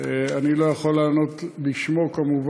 אני כמובן לא יכול לענות בשמו.